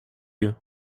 you